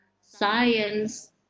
science